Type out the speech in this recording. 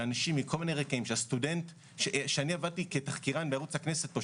שאנשים מכל מיני רקעים כשאני עבדתי כתחקירן בערוץ הכנסת פה,